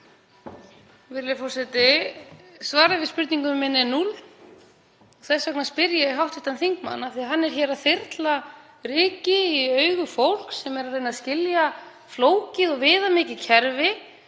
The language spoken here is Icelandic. Virðulegi forseti. Svarið við spurningu minni er 0. Þess vegna spyr ég hv. þingmann, af því að hann er hér að þyrla ryki í augu fólks sem er að reyna að skilja flókið og viðamikið kerfi